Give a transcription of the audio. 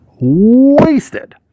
wasted